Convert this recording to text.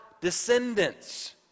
descendants